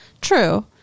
True